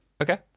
Okay